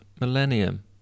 millennium